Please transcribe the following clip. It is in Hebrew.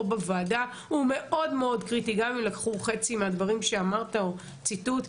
בוועדה הוא מאוד קריטי גם אם לקחו חצי מהדברים שאמרת או ציטוט,